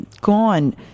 gone